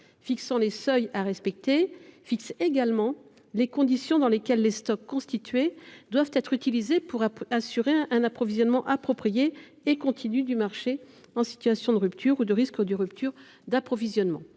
fixant les seuils à respecter fixe également les conditions dans lesquelles les stocks constitués doivent être utilisés pour assurer un approvisionnement approprié et continu du marché en situation de rupture ou de risque de rupture d’approvisionnement.